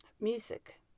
Music